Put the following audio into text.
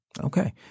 Okay